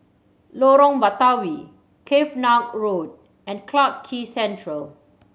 Lorong Batawi Cavenagh Road and Clarke Quay Central